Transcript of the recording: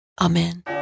Amen